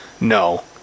No